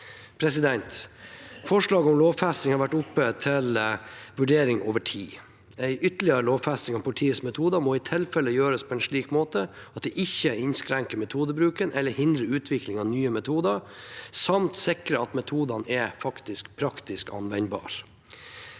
er med på. Forslaget om lovfesting har vært oppe til vurdering over tid. En ytterligere lovfesting av politiets metoder må i tilfelle gjøres på en slik måte at det ikke innskrenker metodebruken eller hindrer utvikling av nye metoder, samt sikrer at metodene er praktisk anvendbare.